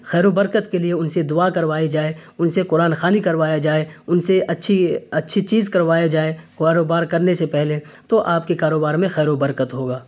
خیر و برکت کے لیے ان سے دعا کروائی جائے ان سے قرآن خوانی کروایا جائے ان سے اچھی اچھی چیز کروائے جائے کاروبار کرنے سے پہلے تو آپ کے کاروبار میں خیر و برکت ہوگا